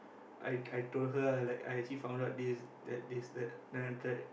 I I told her lah like I actually found out this that this that then after that